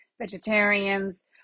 vegetarians